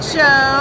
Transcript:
Show